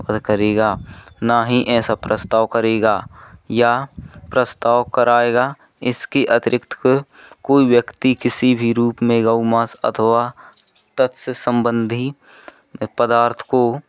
वध करेगा ना ही ऐसा प्रस्ताव करेगा यह प्रस्ताव कराएगा इसकी अतिरिक्त कोई व्यक्ति किसी भी रूप में गौ मास अथवा तत्स सम्बन्धी पदार्थ को